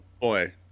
boy